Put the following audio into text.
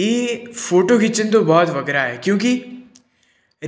ਇਹ ਫੋਟੋ ਖਿੱਚਣ ਤੋਂ ਬਾਅਦ ਵਗੈਰਾ ਹੈ ਕਿਉਂਕਿ